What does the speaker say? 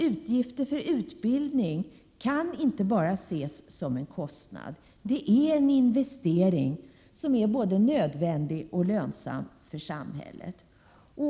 Utgifter för utbildning kan inte bara ses som en kostnad — det är en investering som är både nödvändig och lönsam för samhället.